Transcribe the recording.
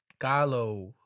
Gallo